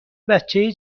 بچه